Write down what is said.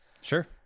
sure